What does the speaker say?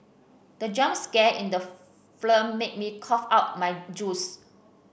the jump scare in the film made me cough out my juice